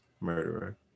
murderer